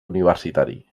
universitari